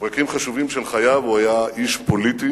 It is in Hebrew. בפרקים חשובים של חייו הוא היה איש פוליטי.